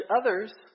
others